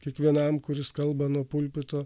kiekvienam kuris kalba nuo pulpito